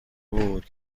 بود